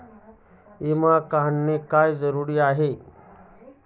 विमा काढणे का जरुरी आहे?